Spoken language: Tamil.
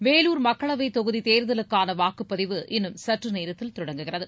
வேலார் மக்களவை கொகுதி தேர்தலுக்கான வாக்குப்பதிவு இன்றும் சற்று நேரத்தில் தொடங்குகிறது